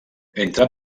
entre